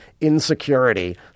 insecurity